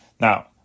Now